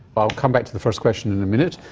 i'll come back to the first question in a minute.